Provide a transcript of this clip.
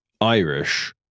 Irish